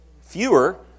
Fewer